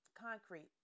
concrete